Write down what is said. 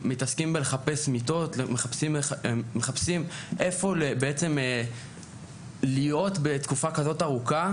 מתעסקים בלחפש מיטות ומחפשים איפה להיות בתקופה כזאת ארוכה